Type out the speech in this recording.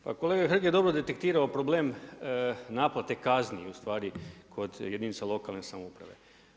Pa kolega Hrg je dobro detektirao problem naplate kaznu ustvari kod jedinica lokalne samouprave.